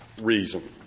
reason